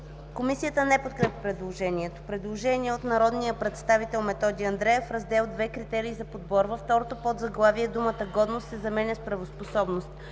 Комисията не подкрепя предложението. Предложение от народния предстватиел Методи Андреев – в Раздел II „Критерии за подбор” във второто подзаглавие думата „годност” се заменя с „правоспособност”.